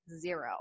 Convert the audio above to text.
zero